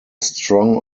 strong